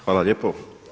Hvala lijepo.